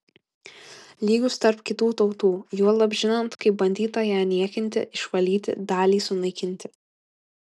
lygūs tarp kitų tautų juolab žinant kaip bandyta ją niekinti išvalyti dalį sunaikinti